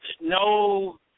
no